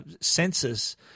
census